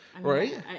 Right